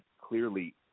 clearly